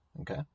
Okay